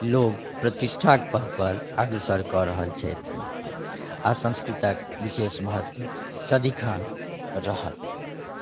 लोक प्रतिष्ठाके पथपर अग्रसर कऽ रहल छथि आओर संस्कृतके विशेष महत्व सदिखन रहत